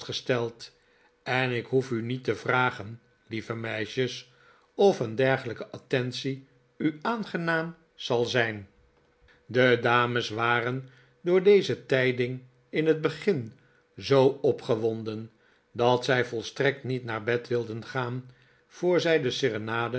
vastgesteld en ik hoef u niet te vragen lieve meisjes of een dergelijke attentie u aangenaam zal zijn de dames waren door deze tijding in het begin zoo opgewonden dat zij volstrekt niet naar bed wilden gaan voor zij de